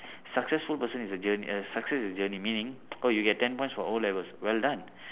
successful person is a journey a success is journey meaning oh you get ten points for O-levels well done